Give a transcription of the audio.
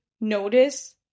Notice